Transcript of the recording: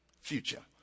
Future